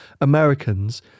Americans